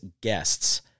guests